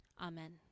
Amen